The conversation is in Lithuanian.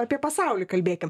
apie pasaulį kalbėkim